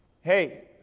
hey